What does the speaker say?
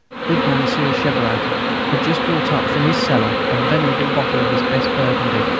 good monsieur cheveret had just brought up from his cellar a venerable bottle of his best burgundy,